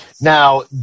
Now